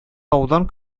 таудан